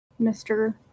Mr